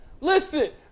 Listen